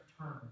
turn